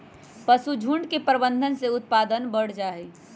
पशुझुण्ड के प्रबंधन से उत्पादन बढ़ जाइ छइ